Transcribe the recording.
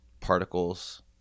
particles